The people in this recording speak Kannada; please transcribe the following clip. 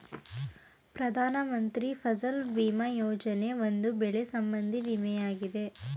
ಪ್ರಧಾನ ಮಂತ್ರಿ ಫಸಲ್ ಭೀಮಾ ಯೋಜನೆ, ಒಂದು ಬೆಳೆ ಸಂಬಂಧಿ ವಿಮೆಯಾಗಿದೆ